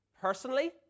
personally